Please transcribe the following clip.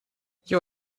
you